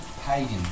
pagan